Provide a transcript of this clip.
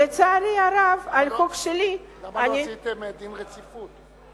לצערי הרב, על החוק שלי, למה לא עשיתם דין רציפות?